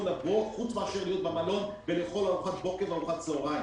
להיות חוץ מאשר במלון ולאכול ארוחת בוקר וצוהריים.